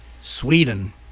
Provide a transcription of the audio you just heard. Sweden